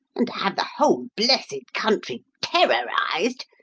and to have the whole blessed country terrorised,